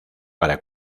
para